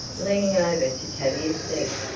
leaning over to tavia's seat,